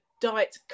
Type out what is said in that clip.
diet